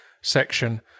section